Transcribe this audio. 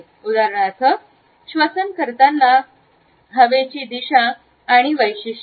उदाहरणार्थ श्वसन करताना हवेची दिशा आणि वैशिष्ट्ये